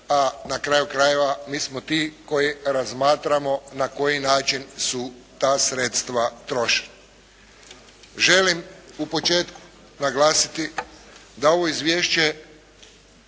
a na kraju krajeva mi smo ti koji razmatramo na koji način su ta sredstva trošena. Želim u početku naglasiti da ovo izvješće